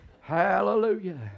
Hallelujah